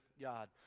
God